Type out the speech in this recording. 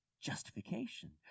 justification